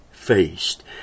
faced